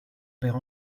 père